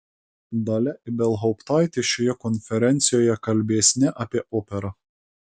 dalia ibelhauptaitė šioje konferencijoje kalbės ne apie operą